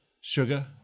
sugar